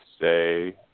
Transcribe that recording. say